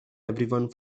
everyone